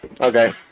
Okay